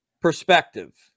perspective